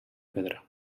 pedra